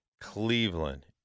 Cleveland